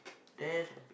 then